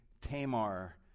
Tamar